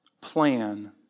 plan